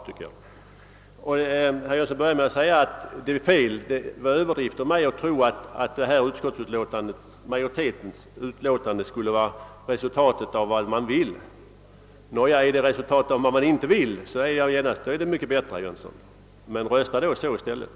Herr Jönsson började med att säga att det var en överdrift av mig att tro att det föreliggande utskottsutlåtandet skulle vara resultatet av vad man vill. Nåja, är utskottsutlåtandet att uppfatta som resultatet av vad man inte vill, ställer sig det hela så mycket bättre, herr Jönsson. Men rösta då i enlighet därmed!